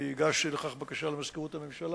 אני הגשתי בקשה לכך למזכירות הממשלה,